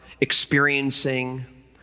experiencing